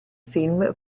film